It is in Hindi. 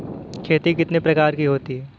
खेती कितने प्रकार की होती है?